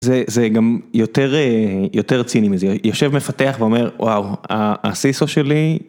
זה גם יותר ציני מזה יושב מפתח ואומר וואו הCSO שלי.